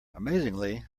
amazingly